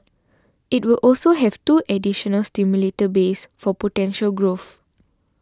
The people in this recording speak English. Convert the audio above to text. it will also have two additional simulator bays for potential growth